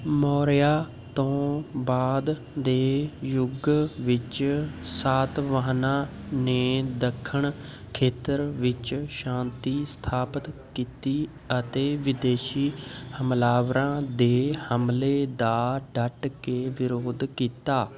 ਮੌਰਿਆ ਤੋਂ ਬਾਅਦ ਦੇ ਯੁੱਗ ਵਿੱਚ ਸਾਤਵਾਹਨਾਂ ਨੇ ਦੱਖਣ ਖੇਤਰ ਵਿੱਚ ਸ਼ਾਂਤੀ ਸਥਾਪਤ ਕੀਤੀ ਅਤੇ ਵਿਦੇਸ਼ੀ ਹਮਲਾਵਰਾਂ ਦੇ ਹਮਲੇ ਦਾ ਡੱਟ ਕੇ ਵਿਰੋਧ ਕੀਤਾ